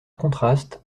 contraste